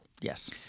Yes